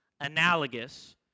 analogous